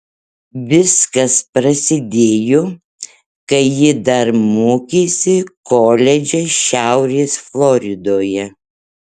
viskas prasidėjo kai ji dar mokėsi koledže šiaurės floridoje